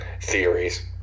theories